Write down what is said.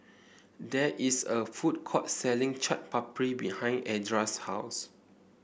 there is a food court selling Chaat Papri behind Edra's house